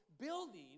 building